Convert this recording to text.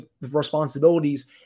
responsibilities